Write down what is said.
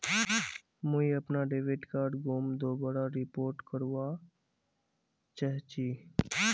मुई अपना debit card गूम होबार रिपोर्ट करवा चहची